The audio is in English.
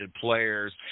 players